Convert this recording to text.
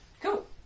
Cool